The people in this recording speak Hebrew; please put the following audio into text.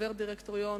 חבר דירקטוריון,